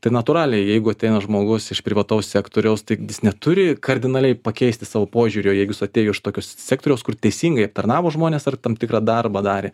tai natūraliai jeigu ateina žmogus iš privataus sektoriaus tai jis neturi kardinaliai pakeisti savo požiūrio jei jis atejo iš tokio sektoriaus kur teisingai aptarnavo žmones ar tam tikrą darbą darė